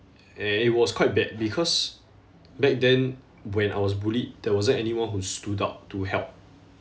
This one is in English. i~ it was quite bad because back then when I was bullied there wasn't anyone who stood out to help